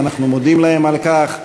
ואנחנו מודים להם על כך,